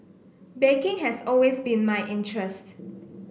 baking has always been my interest